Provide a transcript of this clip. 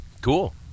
cool